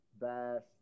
Best